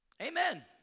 Amen